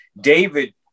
David